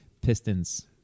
Pistons